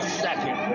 second